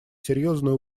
серьезную